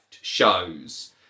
shows